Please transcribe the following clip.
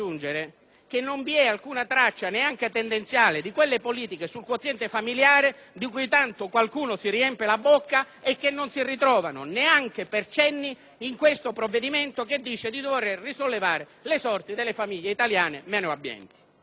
che non vi è alcuna traccia, nemmeno tendenziale, di quelle politiche sul quoziente familiare di cui tanto qualcuno si riempie la bocca e che non si ritrovano, neanche per cenni, in questo provvedimento che dice di voler risollevare le sorti delle famiglie italiane meno abbienti.